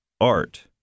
Art